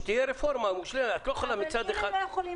כשתהיה רפורמה --- אבל אם לא יכולים